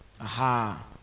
Aha